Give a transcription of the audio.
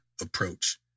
approach